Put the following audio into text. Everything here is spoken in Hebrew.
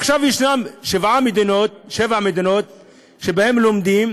עכשיו יש שבע מדינות שבהן לומדים